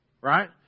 right